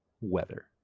weather